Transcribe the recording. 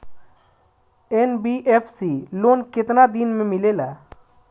NBFC loan केतना दिन मे मिलेला?